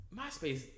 MySpace